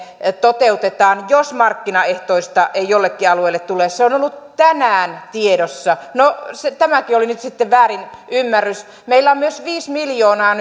toteutetaan jos markkinaehtoista ei jollekin alueelle tule se on ollut tänään tiedossa no tämäkin oli nyt sitten väärinymmärrys meillä on myös viisi miljoonaa